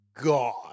God